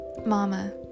mama